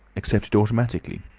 accepted automatically.